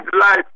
Life